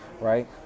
right